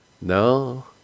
No